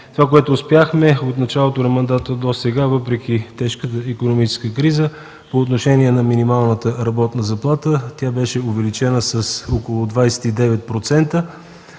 Това, което успяхме от началото на мандата досега, въпреки тежката икономическа криза по отношение на минималната работна заплата, тя беше увеличена с около 29%